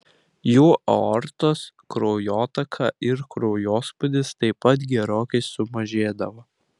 jų aortos kraujotaka ir kraujospūdis taip pat gerokai sumažėdavo